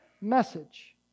message